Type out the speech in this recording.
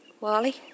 Wally